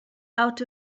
out